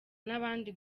n’abandi